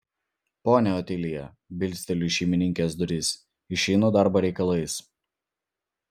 ponia otilija bilsteliu į šeimininkės duris išeinu darbo reikalais